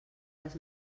les